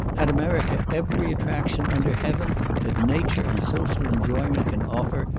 had america every attraction under heaven that nature and social enjoyment can offer,